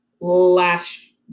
last